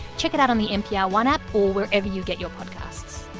check it out on the npr one app or wherever you get your podcasts.